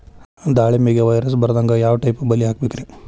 ದಾಳಿಂಬೆಗೆ ವೈರಸ್ ಬರದಂಗ ಯಾವ್ ಟೈಪ್ ಬಲಿ ಹಾಕಬೇಕ್ರಿ?